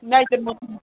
नायजेर मथन